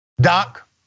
Doc